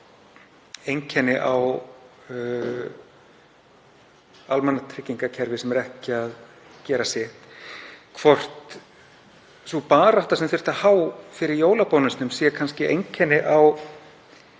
einkenni á almannatryggingakerfi sem er ekki að gera sig, er sú barátta sem þurfti að heyja fyrir jólabónus kannski einkenni á